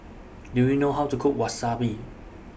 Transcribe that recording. Do YOU know How to Cook Wasabi